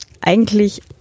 Eigentlich